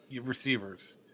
receivers